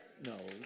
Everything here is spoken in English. no